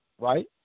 right